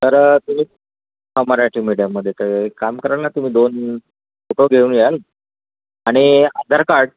तर तुम्ही हा मराठी मीडियममध्ये तर काम कराल ना तुम्ही दोन फोटो घेऊन याल आणि आधार कार्ड